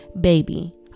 baby